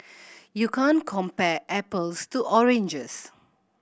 you can't compare apples to oranges